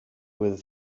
with